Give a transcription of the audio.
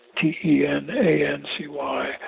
T-E-N-A-N-C-Y